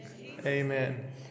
Amen